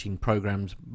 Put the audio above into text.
programs